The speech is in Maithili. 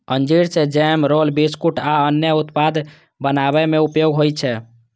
अंजीर सं जैम, रोल, बिस्कुट आ अन्य उत्पाद बनाबै मे उपयोग होइ छै